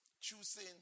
choosing